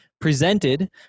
presented